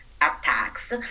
attacks